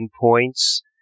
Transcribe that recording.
points